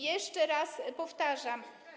Jeszcze raz powtarzam.